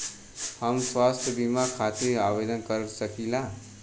हम स्वास्थ्य बीमा खातिर आवेदन कर सकीला?